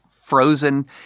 frozen –